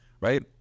Right